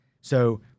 So-